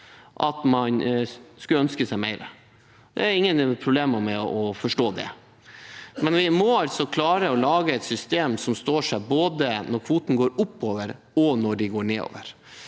skulle ønske seg mer. Jeg har ingen problemer med å forstå det, men vi må altså klare å lage et system som står seg både når kvotene går oppover, og når kvotene går nedover.